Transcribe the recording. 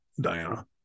Diana